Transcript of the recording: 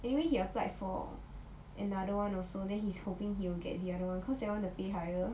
anyway he applied for another one also then he's hoping he'll get the other one cause that one the pay higher